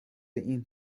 این